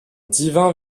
divin